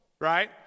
right